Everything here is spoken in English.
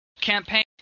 campaign